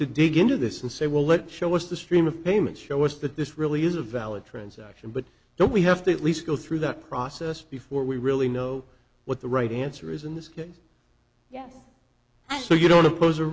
to dig into this and say well let's show what's the stream of payments show us that this really is a valid transaction but then we have to at least go through that process before we really know what the right answer is in this case yes and so you don't oppose